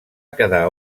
quedar